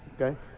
okay